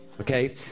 Okay